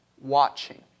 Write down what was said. watching